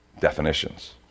definitions